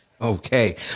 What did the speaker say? okay